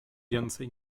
więcej